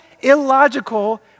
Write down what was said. illogical